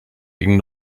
gegen